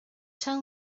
tell